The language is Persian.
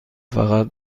فقط